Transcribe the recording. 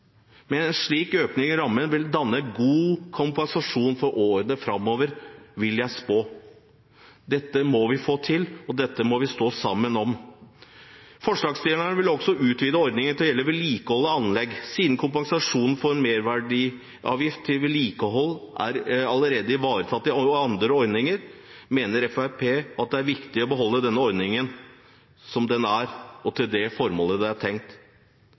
men det er viktig at man har en forutsigbarhet. En slik økning i rammen vil danne et godt grunnlag for kompensasjon i årene framover, vil jeg spå. Dette må vi få til, dette må vi stå sammen om. Forslagsstillerne vil også utvide ordningen til å gjelde vedlikehold av anlegg. Siden kompensasjonen for merverdiavgift til vedlikehold allerede er ivaretatt i andre ordninger, mener Fremskrittspartiet at det er viktig å beholde denne ordningen som den er, og til det formålet den er tenkt.